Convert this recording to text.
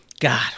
God